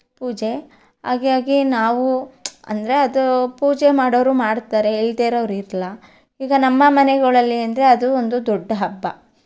ಪೂಜೆ ಹಾಗಾಗಿ ನಾವು ಅಂದರೆ ಅದು ಪೂಜೆ ಮಾಡೋವ್ರು ಮಾಡ್ತಾರೆ ಇಲ್ಲದೇ ಇರೋರು ಇಲ್ಲ ಈಗ ನಮ್ಮ ಮನೆಗಳಲ್ಲಿ ಅಂದರೆ ಅದು ಒಂದು ದೊಡ್ಡ ಹಬ್ಬ